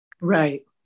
Right